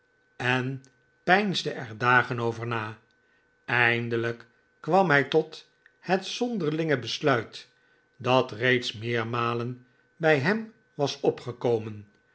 en peinsde er dagen over na eindelijk kwam hij tot het zonderlinge besluit dat reeds meermalen bij hem was opgekomen